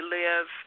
live